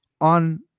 on